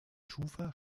schufa